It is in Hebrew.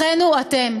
אחינו אתם.